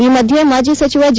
ಈ ಮಧ್ಯೆ ಮಾಜಿ ಸಚಿವ ಜಿ